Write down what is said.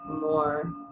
more